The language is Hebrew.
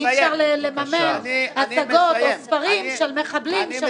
אי אפשר לממן הצגות או ספרים של מחבלים,